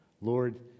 Lord